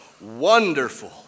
wonderful